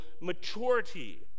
maturity